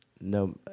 no